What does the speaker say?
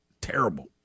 Terrible